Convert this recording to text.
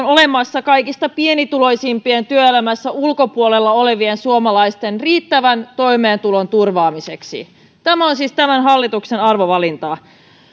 olemassa kaikista pienituloisimpien työelämän ulkopuolella olevien suomalaisten riittävän toimeentulon turvaamiseksi tämä on siis tämän hallituksen arvovalinta